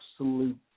absolute